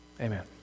Amen